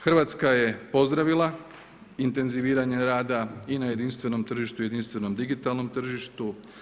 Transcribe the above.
Hrvatska je pozdravila intenziviranje rada i na jedinstvenom tržištu i na jedinstvenom digitalnom tržištu.